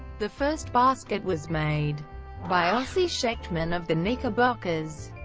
the first basket was made by ossie schectman of the knickerbockers.